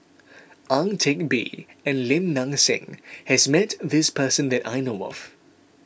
Ang Teck Bee and Lim Nang Seng has met this person that I know of